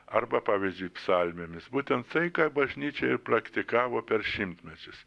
arba pavyzdžiui psalmėmis būtent tai ką bažnyčia ir praktikavo per šimtmečius